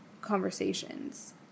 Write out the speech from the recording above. conversations